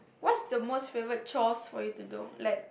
what's the most favourite chores for you to do like